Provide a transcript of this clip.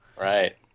Right